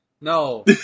No